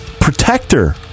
protector